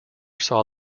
saw